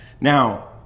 Now